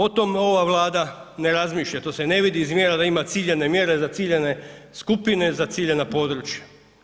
O tome ova Vlada ne razmišlja, to se ne vidi iz mjera da ima ciljane mjere za ciljane skupine za ciljana područja.